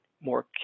more